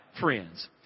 friends